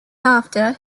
after